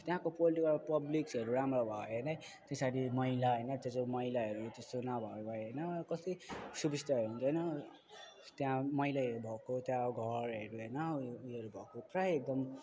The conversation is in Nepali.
त्यहाँको पोलिटिकल पब्लिक्सहरू राम्रो भए त्यसरी मैला होइन त्यसो मैलाहरू त्यस्तो नभए भए होइन कति सुबिस्ता हुन्थेन त्यहाँ मैलाहरू भएको त्यहाँ घरहरू होइन उयो उयोहरू भएको प्रायः एकदम